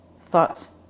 thoughts